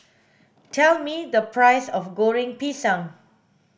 tell me the price of goreng pisang